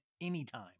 anytime